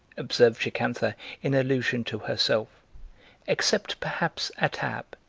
observed jocantha in allusion to herself except perhaps attab,